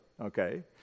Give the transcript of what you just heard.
okay